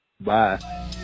Bye